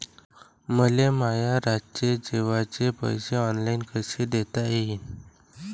मले माया रातचे जेवाचे पैसे ऑनलाईन कसे देता येईन?